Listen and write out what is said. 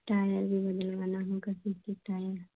tyre भी बदलवाना होगा क्योंकि टायर